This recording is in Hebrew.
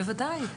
בוודאי.